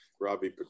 Robbie